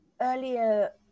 Earlier